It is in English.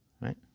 Right